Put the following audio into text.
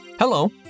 Hello